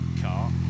car